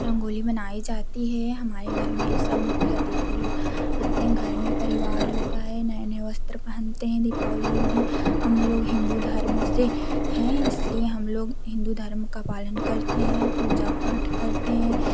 रंगोली मनाई जाती हे हमाये घर में सब मुख्य अतिथि लोग आते हैं घर में परिवार होता है नए नए वस्त्र पहनते हैं दीपावली के दिन हम लोग हिंदू धर्म से हैं इसलिए हम लोग हिन्दू धर्म का पालन करते हैं पूजा पाठ करते हैं